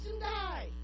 die